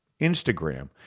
Instagram